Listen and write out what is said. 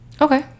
Okay